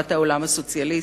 השקפת העולם הסוציאליסטית.